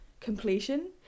completion